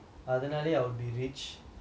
அதுனாலயே:adhunaalaye I'll be rich